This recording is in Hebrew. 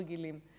רגילים,